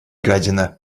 гадина